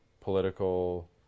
political